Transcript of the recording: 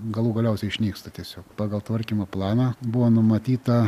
galų galiausiai išnyksta tiesiog pagal tvarkymo planą buvo numatyta